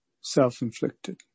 self-inflicted